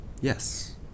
yes